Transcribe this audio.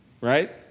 right